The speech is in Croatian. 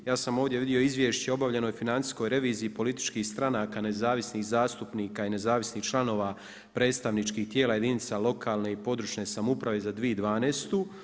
Ja samo ovdje vidio izvješće o obavljenoj financijskom reviziji političkih stranaka nezavisnih zastupnika i nezavisnih članova predstavničkih tijela lokalne i područne samouprave za 2012.